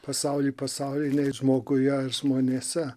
pasauliui pasauly nei žmoguje ar žmonėse